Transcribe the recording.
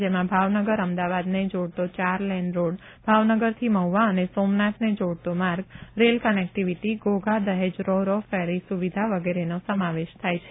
જેમાં ભાવનગર અમદાવાદને જોડતો ચાર લેન રોડ ભાવનગર થી મહુવા અને સોમનાથને જોડતો માર્ગ rail connectivity Ghogha Dahej roro ferry સુવિધા વગેરેનો સમાવેશ થાય છે